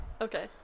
Okay